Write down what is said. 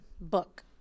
book